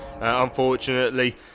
unfortunately